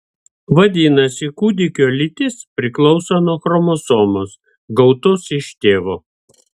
vadinasi kūdikio lytis priklauso nuo chromosomos gautos iš tėvo